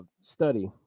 study